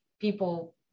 people